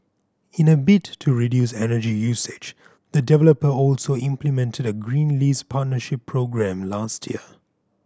in a bid to reduce energy usage the developer also implemented a green lease partnership programme last year